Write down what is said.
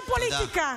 תודה.